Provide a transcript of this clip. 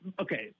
okay